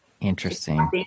Interesting